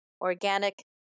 organic